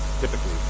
typically